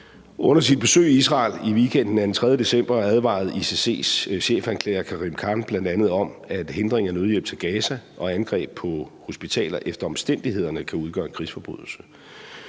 Under sit besøg i Israel i weekenden, den 3. december, advarede ICC's chefanklager, Karim Khan, bl.a. om, at hindring af nødhjælp til Gaza og angreb på hospitaler efter omstændighederne kan udgøre en krigsforbrydelse.